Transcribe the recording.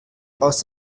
aus